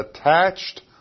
attached